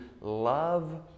love